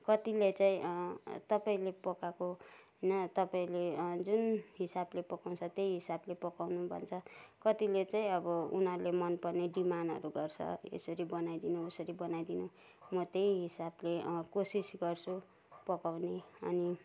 कतिले चाहिँ तपाईँले पकाएको ना तपाईँले जुन हिसाबले पकाउँछ त्यही हिसाबले पकाउनु भन्छ कतिले चाहिँ अब उनीहरूले मन पर्ने डिमान्डहरू गर्छ यसरी बनाइदिनु उसरी बनाइदिनु म त्यही हिसाबले कोसिस गर्छु पकाउने अनि